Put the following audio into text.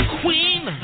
queen